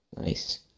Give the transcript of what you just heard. Nice